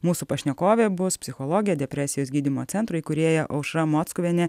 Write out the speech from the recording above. mūsų pašnekovė bus psichologė depresijos gydymo centro įkūrėja aušra mockuvienė